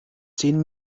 zehn